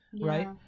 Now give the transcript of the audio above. right